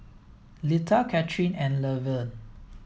Litha Cathryn and Levern